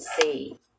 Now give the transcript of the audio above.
see